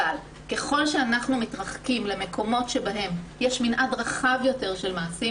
אבל ככל שאנחנו מתרחקים למקומות שבהם יש מנעד רחב יותר של מעשים,